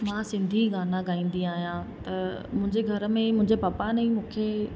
मां सिंधी गाना ॻाईंदी आहियां मुंहिंजे घर में मुंहिंजे पप्पा ने ई मूंखे